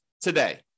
today